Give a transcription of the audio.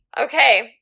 okay